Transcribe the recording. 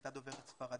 כיתה דוברת ספרדית.